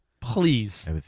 Please